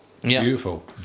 beautiful